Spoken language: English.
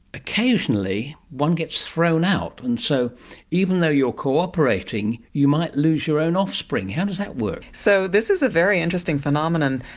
occasionally one gets thrown out, and so even though you are cooperating, you might lose your own offspring. how does that work? so this is a very interesting phenomenon.